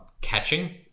Catching